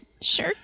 sure